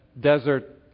desert